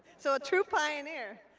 so a true pioneer.